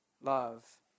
Love